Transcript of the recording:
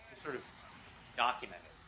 sort of document it,